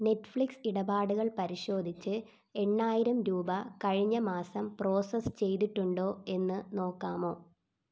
Netflix ഇടപാടുകൾ പരിശോധിച്ച് എണ്ണായിരം രൂപ കഴിഞ്ഞ മാസം പ്രോസസ്സ് ചെയ്തിട്ടുണ്ടോ എന്ന് നോക്കാമോ